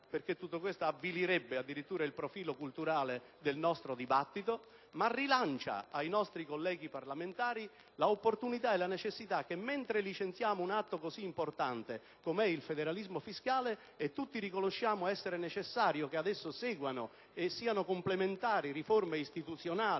perché tutto questo avvilirebbe addirittura il profilo culturale del nostro dibattito. Esso, invece, richiama all'attenzione dei nostri colleghi parlamentari l'opportunità e la necessità che, mentre licenziamo una riforma così importante come è il federalismo fiscale - e tutti riconosciamo essere necessario che ad esso seguano e siano complementari riforme istituzionali